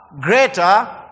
greater